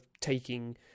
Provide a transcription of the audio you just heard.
taking